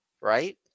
right